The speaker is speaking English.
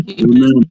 Amen